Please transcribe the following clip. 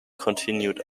continued